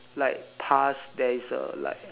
like past there is a like